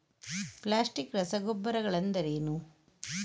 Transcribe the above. Plastic ರಸಗೊಬ್ಬರಗಳೆಂದರೇನು?